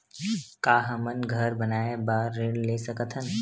का हमन घर बनाए बार ऋण ले सकत हन?